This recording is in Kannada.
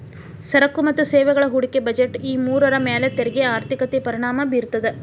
ಸರಕು ಮತ್ತ ಸೇವೆಗಳ ಹೂಡಿಕೆ ಬಜೆಟ್ ಈ ಮೂರರ ಮ್ಯಾಲೆ ತೆರಿಗೆ ಆರ್ಥಿಕತೆ ಪರಿಣಾಮ ಬೇರ್ತದ